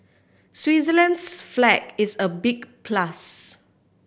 Switzerland's flag is a big plus